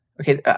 okay